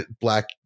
Black